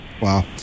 Wow